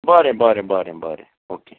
बरें बरें बरें बरें ओके